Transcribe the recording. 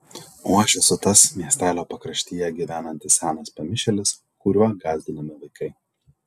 o aš esu tas miestelio pakraštyje gyvenantis senas pamišėlis kuriuo gąsdinami vaikai